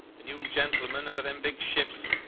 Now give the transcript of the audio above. and you gentlemen out of them big ships.